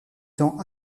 temps